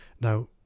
Now